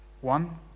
One